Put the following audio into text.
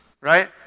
right